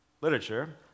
literature